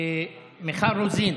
מיכל רוזין,